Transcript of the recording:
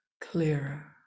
clearer